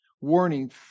warning